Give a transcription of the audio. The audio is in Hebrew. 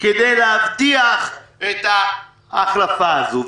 כדי להבטיח את ההחלפה הזאת.